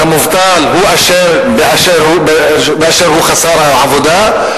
והמובטל הוא אשם באשר הוא חסר עבודה.